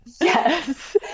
Yes